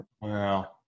Wow